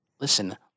listen